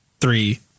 three